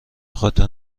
خاطر